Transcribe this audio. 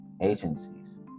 agencies